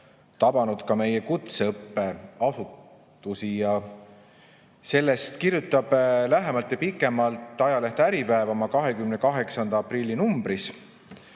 tabanud ka meie kutseõppeasutusi. Sellest kirjutab lähemalt ja pikemalt ajaleht Äripäev oma 28. aprilli numbris.